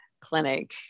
clinic